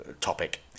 topic